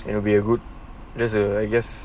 it'll be a good there's a I guess